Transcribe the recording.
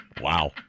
Wow